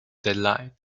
deadline